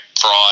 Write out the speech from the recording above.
fraud